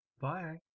Bye